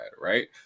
right